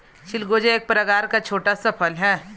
चिलगोजा एक प्रकार का छोटा सा फल है